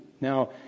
Now